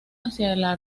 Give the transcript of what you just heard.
hacia